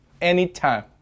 Anytime